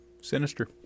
Sinister